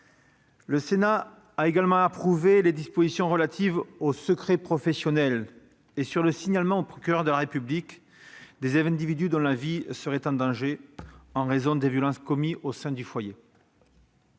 Le Sénat a également approuvé les dispositions relatives au secret professionnel et au signalement au procureur de la République des individus, dont la vie serait en danger en raison de violences commises au sein du foyer.